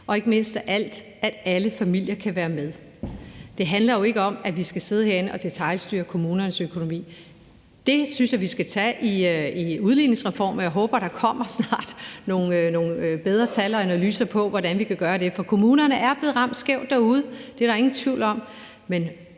og ikke mindst at alt, at alle familier kan være med. Det handler jo ikke om, at vi skal sidde herinde og detailstyre kommunernes økonomi. Det synes jeg vi skal tage i udligningsreformen, og jeg håber, der snart kommer nogle bedre tal og analyser af, hvordan vi kan gøre det, for kommunerne er blevet ramt skævt derude. Det er der ingen tvivl om.